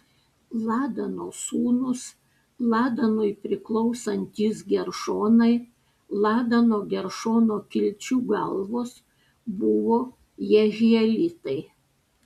ladano sūnūs ladanui priklausantys geršonai ladano geršono kilčių galvos buvo jehielitai